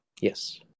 Yes